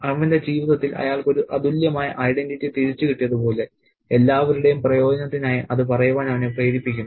അവന്റെ ജീവിതത്തിൽ അയാൾക്ക് ഒരു അതുല്യമായ ഐഡന്റിറ്റി തിരിച്ചുകിട്ടിയതുപോലെ എല്ലാവരുടെയും പ്രയോജനത്തിനായി അത് പറയുവാൻ അവനെ പ്രേരിപ്പിക്കുന്നു